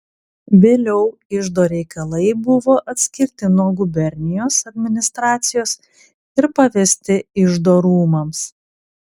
vėliau iždo reikalai buvo atskirti nuo gubernijos administracijos ir pavesti iždo rūmams